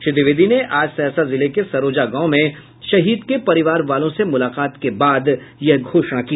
श्री द्विवेदी ने आज सहरसा जिले के सरोजा गांव में शहीद के परिवार वालों से मुलाकात के बाद यह घोषणा की